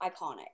iconic